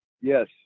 Yes